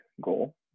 goal